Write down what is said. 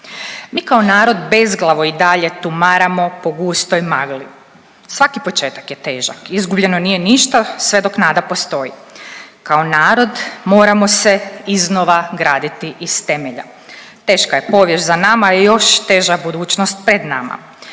Mi kao narod bezglavo i dalje tumaramo po gustoj magli. Svaki početak je težak. Izgubljeno nije ništa sve dok nada postoji. Kao narod moramo se iznova graditi iz temelja. Teška je povijest za nama je još teža budućnost pred nama.